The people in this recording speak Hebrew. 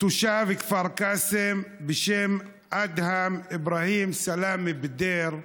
תושב כפר קאסם בשם אדהם אבראהים סלאמה בדיר,